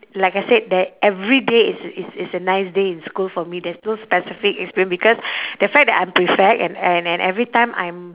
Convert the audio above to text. like I said that every day is is is a nice day in school for me there's no specific experience because the fact that I'm prefect and and and every time I'm